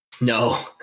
no